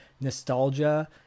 nostalgia